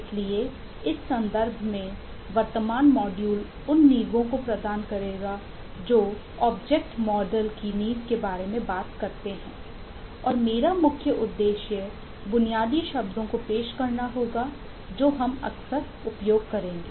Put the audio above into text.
इसलिए इस संदर्भ में वर्तमान मॉड्यूल उन नींवों को प्रदान करेगा जो ऑब्जेक्ट मॉडल की नींव के बारे में बात करते हैं और मेरा मुख्य उद्देश्य बुनियादी शब्दों को पेश करना होगा जो हम अक्सर उपयोग करेंगे